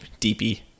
deepy